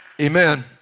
Amen